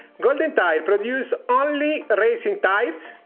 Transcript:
goldentyre produce only racing tyres?